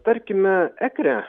tarkime ekre